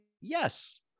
yes